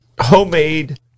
homemade